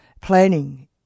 planning